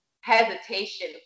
hesitation